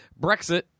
Brexit